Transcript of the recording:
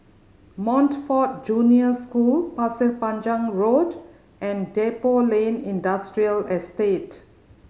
Montfort Junior School Pasir Panjang Road and Depot Lane Industrial Estate